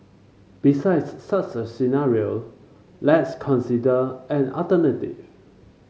besides such a scenario let's consider an alternative